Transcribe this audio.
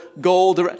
gold